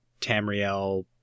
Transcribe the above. tamriel